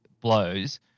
blows